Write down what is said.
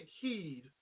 heed